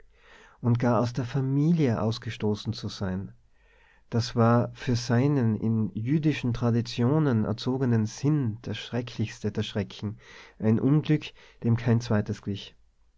und gar aus der familie ausgestoßen zu sein das war für seinen in jüdischen traditionen erzogenen sinn der schrecklichste der schrecken ein unglück dem kein zweites glich